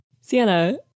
Sienna